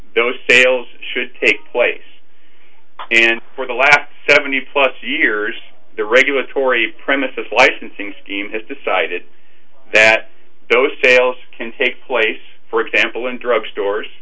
those sales should take place and for the last seventy plus years the regulatory premises licensing scheme has decided that those sales can take place for example in drug stores